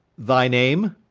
thy name?